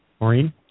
Maureen